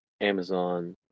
Amazon